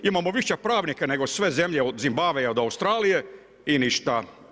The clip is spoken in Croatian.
Imamo više pravnika nego sve zemlje od Zimbabvea do Australije i ništa.